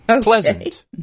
Pleasant